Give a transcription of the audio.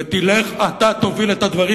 ואתה תוביל את הדברים,